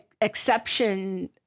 exception